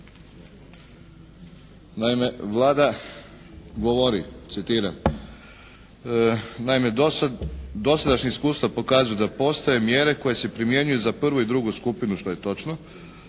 naime Vlada govori, citiram, naime dosadašnja iskustva pokazuju da postoje mjere koje se primjenjuju za prvu i drugu skupine što je točno,